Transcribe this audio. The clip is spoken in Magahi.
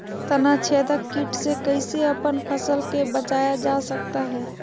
तनाछेदक किट से कैसे अपन फसल के बचाया जा सकता हैं?